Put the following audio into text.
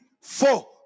four